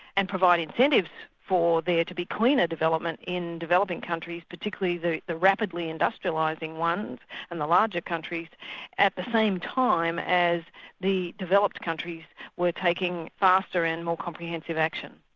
and provide incentives for there to be cleaner development in developing countries, particularly the the rapidly industrialising ones and the larger countries at the same time as the developed countries were taking ah faster and more comprehensive action.